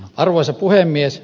arvoisa puhemies